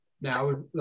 now